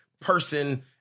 person